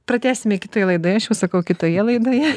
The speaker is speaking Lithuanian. pratęsime kitoj laidoje aš jau sakau kitoje laidoje